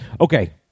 Okay